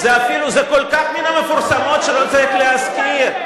זה כל כך מן המפורסמות שלא צריך להזכיר.